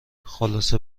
خلاصه